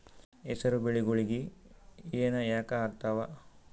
ಹೆಸರು ಬೆಳಿಗೋಳಿಗಿ ಹೆನ ಯಾಕ ಆಗ್ತಾವ?